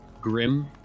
grim